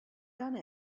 done